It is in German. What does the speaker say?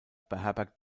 beherbergt